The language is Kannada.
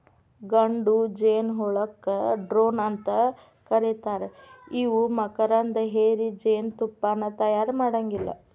ಗಂಡು ಜೇನಹುಳಕ್ಕ ಡ್ರೋನ್ ಅಂತ ಕರೇತಾರ ಇವು ಮಕರಂದ ಹೇರಿ ಜೇನತುಪ್ಪಾನ ತಯಾರ ಮಾಡಾಂಗಿಲ್ಲ